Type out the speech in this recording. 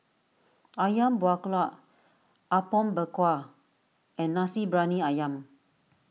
Ayam Buah Keluak Apom Berkuah and Nasi Briyani Ayam